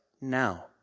now